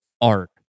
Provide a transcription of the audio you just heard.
art